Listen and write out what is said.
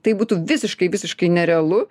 tai būtų visiškai visiškai nerealu